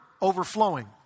overflowing